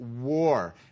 war